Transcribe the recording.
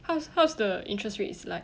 how's how's the interest rate is like